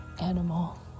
animal